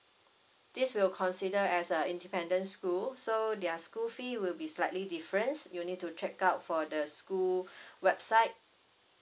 this will consider as a independent school so their school fee will be slightly difference you'd need to check out for the school website